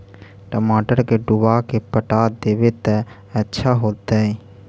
टमाटर के डुबा के पटा देबै त अच्छा होतई?